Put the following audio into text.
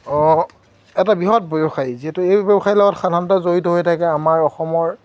অঁ এটা বৃহৎ ব্যৱসায় যিহেতু এই ব্যৱসায় লগত সাধাৰণতে জড়িত হৈ থাকে আমাৰ অসমৰ